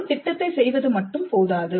ஒரு திட்டத்தைச் செய்வது மட்டும் போதாது